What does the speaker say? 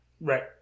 Right